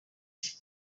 iki